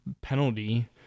penalty